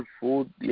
food